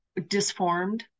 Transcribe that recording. disformed